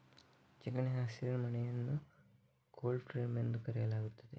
ಚಿಕಣಿ ಹಸಿರುಮನೆಯನ್ನು cold frame ಎಂದು ಕರೆಯಲಾಗುತ್ತದೆ